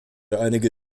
einige